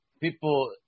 people